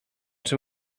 czy